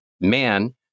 man